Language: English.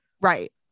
Right